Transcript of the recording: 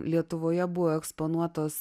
lietuvoje buvo eksponuotos